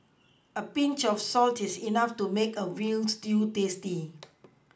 a Pinch of salt is enough to make a veal stew tasty